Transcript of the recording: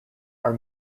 are